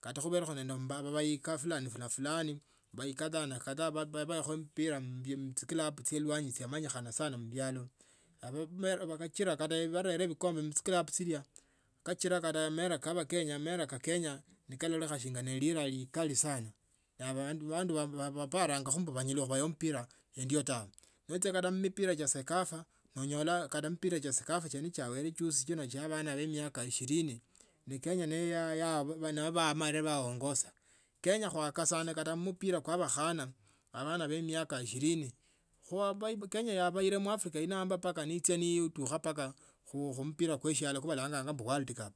Kate khuvelekho nende mba vavai kafulani finance fulani. mbayi kadha na kadhaa vavayakho mpira mbia mutsikilabu tsye elwanyi tsia manyikhana sana muvialo. hava me vajira nivarera vicomte mutsikilabu tsilia. kajita kate mera ka vakenya mera kakenya. nikalolokha shinga ne lira likali sana. Na vandu va vaparanga ombu vanilla khuvaya mpira endio tawe notsia kate mpira tsia sakafa. nonyola kate mpira chene cha sakafa chene chawele cousin chino cha avana va miaka ishirini. ne kenya ni yaaa vamare nivaongoza. Kenye khwakasene kate mpira kwa vakhana avana vye miaka shirini khwaba kenya yavaire muafrika inamba mbaka niitsia niitukha baka khuu mpira kwe shall kuvalanganga ombu world cup.